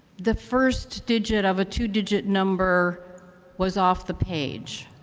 the first digit of a two-digit number was off the page.